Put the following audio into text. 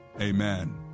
Amen